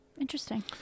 Interesting